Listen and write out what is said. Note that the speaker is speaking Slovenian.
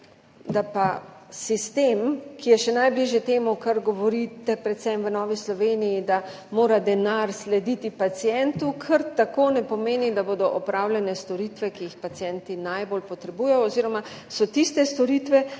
da pa sistem, ki je še najbližje temu, kar govorite predvsem v Novi Sloveniji – da mora denar slediti pacientu – kar tako ne pomeni, da bodo opravljene storitve, ki jih pacienti najbolj potrebujejo, oziroma so tiste storitve,